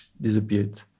disappeared